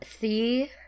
see